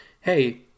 Hey